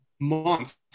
months